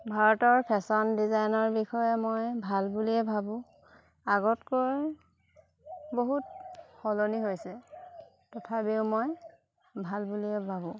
ভাৰতৰ ফেশ্বন ডিজাইনৰ বিষয়ে মই ভাল বুলিয়েই ভাবোঁ আগতকৈ বহুত সলনি হৈছে তথাপিও মই ভাল বুলিয়েই ভাবোঁ